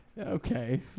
Okay